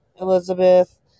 elizabeth